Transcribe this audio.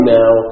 now